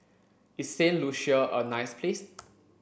is Saint Lucia a nice place